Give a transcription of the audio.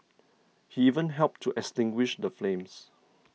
he even helped to extinguish the flames